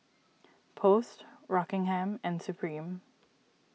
Post Rockingham and Supreme